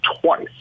twice